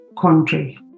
country